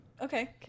Okay